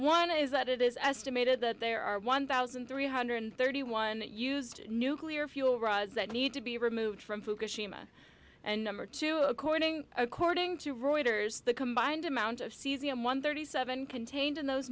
one is that it is estimated that there are one thousand three hundred thirty one used nuclear fuel rods that need to be removed from fukushima and number two according according to reuters the combined amount of cesium one thirty seven contained in those